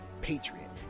Patriot